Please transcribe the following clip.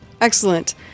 Excellent